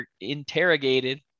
interrogated